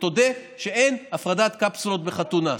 ותודה שאין הפרדת קפסולות בחתונה.